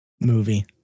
movie